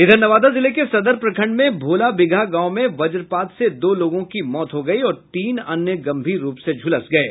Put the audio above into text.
इधर नवादा जिले के सदर प्रखंड में भोलाबिगहा गांव में वज्रपात से दो लोगों की मौत हो गयी और तीन अन्य गंभीर रूप से झुलस गये